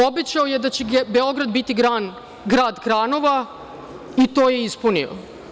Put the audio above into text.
Obećao je da će Beograd biti grad kranova i to je ispunio.